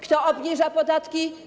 Kto obniża podatki?